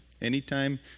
Anytime